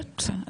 כן בסדר,